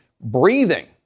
breathing